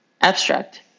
Abstract